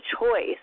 choice